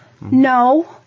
No